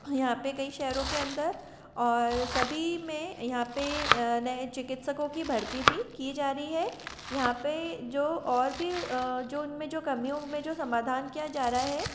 यहाँ पर कई शहरों के अंदर और सभी में यहाँ पर नए चिकित्सकों की भर्ती भी की जा रही है यहाँ पर जो और भी जो उन में जो कमियों में जो समाधान किया जा रहा है